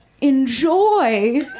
enjoy